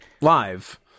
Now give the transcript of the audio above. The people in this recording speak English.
live